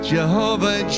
Jehovah